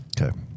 Okay